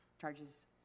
charges